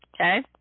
Okay